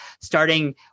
starting